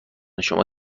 شما